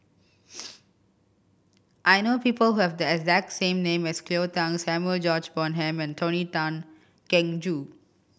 I know people who have the exact same name as Cleo Thang Samuel George Bonham and Tony Tan Keng Joo